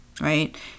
right